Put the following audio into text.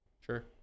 Sure